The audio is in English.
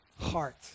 heart